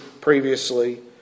previously